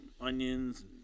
onions